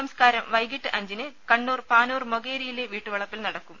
സംസ്കാരം വൈകിട്ട് അഞ്ചിന് കണ്ണൂർ പാനൂർ മൊകേരിയിലെ വീട്ടുവളപ്പിൽ നടക്കും